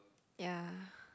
ya